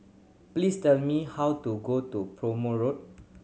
please tell me how to go to Prome Road